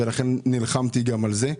ולכן נלחמתי גם על זה.